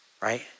right